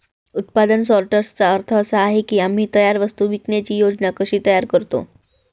उत्पादन सॉर्टर्सचा अर्थ असा आहे की आम्ही तयार वस्तू विकण्याची योजना कशी तयार करतो